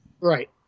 Right